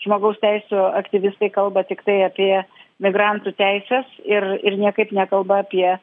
žmogaus teisių aktyvistai kalba tiktai apie migrantų teises ir ir niekaip nekalba apie